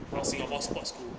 a singapore sports school